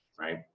right